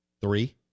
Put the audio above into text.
Three